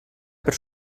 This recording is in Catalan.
per